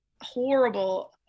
horrible